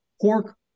pork